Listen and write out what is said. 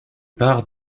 pars